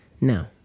Now